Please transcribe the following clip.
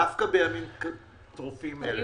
דווקא בימים טרופים אלה.